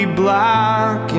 black